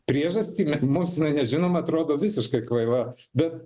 priežastį mums jinai nežinoma atrodo visiškai kvaila bet